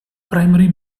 primary